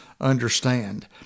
understand